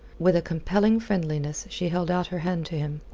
with a compelling friendliness she held out her hand to him.